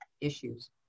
issues